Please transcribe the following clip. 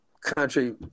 country